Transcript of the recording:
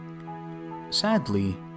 Sadly